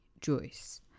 Joyce